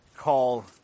call